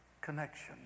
connection